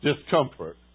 Discomfort